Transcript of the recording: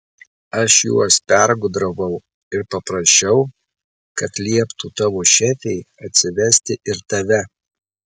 aš juos pergudravau ir paprašiau kad lieptų tavo šefei atsivesti ir tave